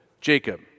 Jacob